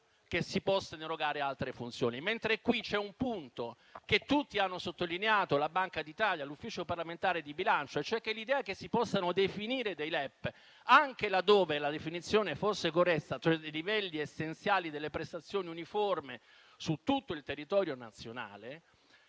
che si possano erogare altre funzioni. Qui invece c'è un punto che tutti hanno sottolineato, dalla Banca d'Italia all'Ufficio parlamentare di bilancio, ossia l'idea che si possano definire dei LEP, anche laddove la definizione fosse corretta, cioè di livelli essenziali delle prestazioni uniformi su tutto il territorio nazionale,